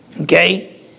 Okay